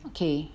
Okay